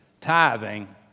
tithing